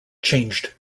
changed